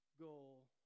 goal